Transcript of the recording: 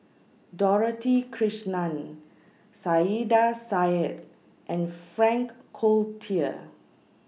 Dorothy Krishnan Saiedah Said and Frank Cloutier